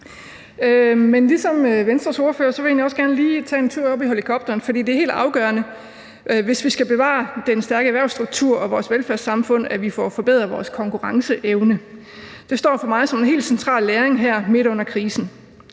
Men ligesom Venstres ordfører vil jeg egentlig også gerne lige tage en tur op i helikopteren, for det er helt afgørende, hvis vi skal bevare den stærke erhvervsstruktur og vores velfærdssamfund, at vi får forbedret vores konkurrenceevne. Det står for mig som en helt central læring her midt under krisen.